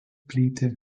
plyti